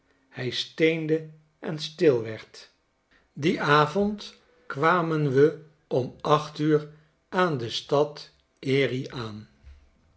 hij steende en stil werd dien avond kwamen we om acht uur aan de stad erie aan